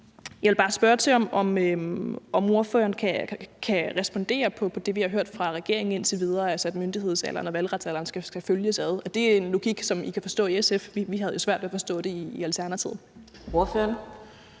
Jeg vil bare spørge om, om ordføreren kan respondere på det, vi har hørt fra regeringen indtil videre, altså at myndighedsalderen og valgretsalderen skal følges ad. Er det en logik, som I kan forstå i SF? Vi har jo svært ved at forstå det i Alternativet. Kl.